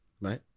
right